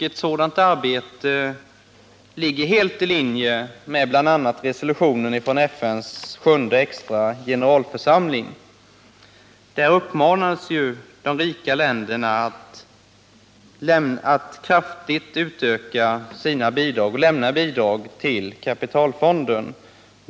Ett sådant arbete ligger helt i linje med bl.a. resolutionen från FN:s sjunde extra generalförsamling. Där uppmanades de rika länderna att kraftigt öka sina bidrag till kapitalutvecklingsfonden.